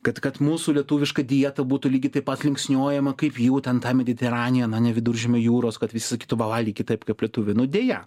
kad kad mūsų lietuviška dieta būtų lygiai taip pat linksniuojama kaip jų ten ta mediteranija viduržemio jūros kad visi sakytų va valgykit taip kaip lietuviai nu deja